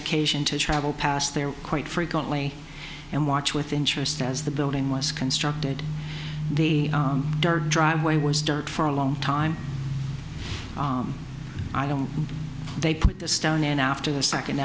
occasion to travel past there quite frequently and watch with interest as the building was constructed the dirt driveway was dirt for a long time i don't they put the stone and after the second